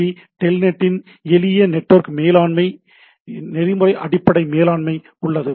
B டெல்நெட்டின் எளிய network மேலாண்மை நெறிமுறை அடிப்படை மேலாண்மை உள்ளது